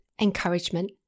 encouragement